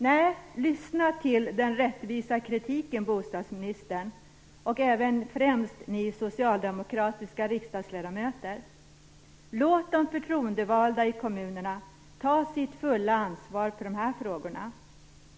Nej, lyssna till den rättvisa kritiken, bostadsministern och även ni socialdemokratiska riksdagsledamöter! Låt de förtroendevalda i kommunerna ta sitt fulla ansvar för dessa frågor!